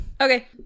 Okay